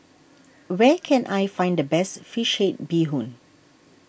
where can I find the best Fish Head Bee Hoon